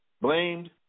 Blamed